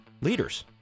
leaders